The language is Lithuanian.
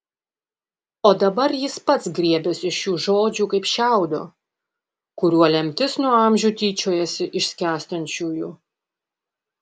o dabar jis pats griebėsi šių žodžių kaip šiaudo kuriuo lemtis nuo amžių tyčiojasi iš skęstančiųjų